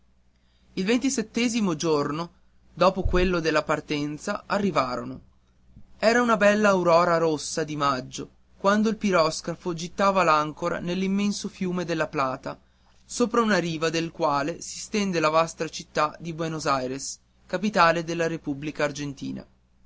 il ventisettesimo giorno dopo quello della partenza arrivarono era una bella aurora rossa di maggio quando il piroscafo gittava l'àncora nell'immenso fiume della plata sopra una riva del quale si stende la vasta città di buenos aires capitale della repubblica argentina